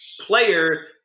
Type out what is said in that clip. player